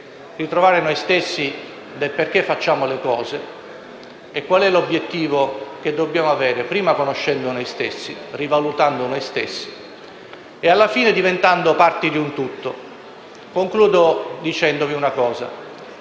Ritrovare noi stessi, il perché facciamo le cose e qual è l'obiettivo che dobbiamo avere, prima conoscendo e rivalutando noi stessi e, alla fine, diventando parte di un tutto. Quando a Enzo Maiorca